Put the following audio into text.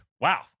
wow